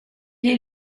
est